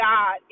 God